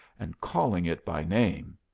and calling it by name.